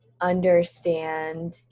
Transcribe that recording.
understand